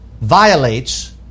violates